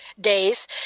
days